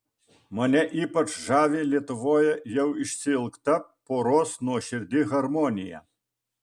mane ypač žavi lietuvoje jau išsiilgta poros nuoširdi harmonija